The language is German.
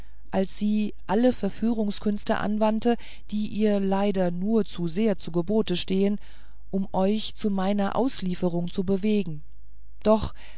als sie alle verführungskünste anwandte die ihr leider nur zu sehr zu gebote stehen um euch zu meiner auslieferung zu bewegen doch